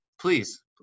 please